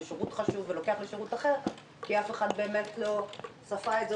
משירות חשוב אחד לשירות אחר כי אף אחד לא צפה את זה,